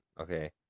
Okay